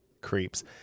Creeps